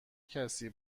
کسی